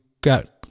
got